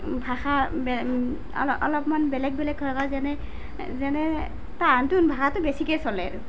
ভাষা অলপমান বেলেগ বেলেগ ধৰণৰ যেনে যেনে তাহান তোহোন ভাষাটো বেছিকৈ চলে